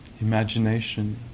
imagination